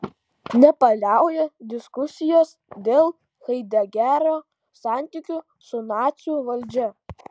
nepaliauja diskusijos dėl haidegerio santykių su nacių valdžia